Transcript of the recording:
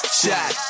shot